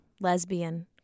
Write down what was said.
lesbian